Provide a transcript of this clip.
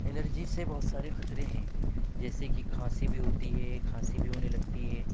allergy سے بہت سارے خطرے ہیں جیسے کہ کھانسی بھی ہوتی ہے کھانسی بھی ہونے لگتی ہے